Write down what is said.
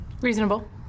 Reasonable